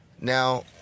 Now